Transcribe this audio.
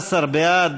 17 בעד,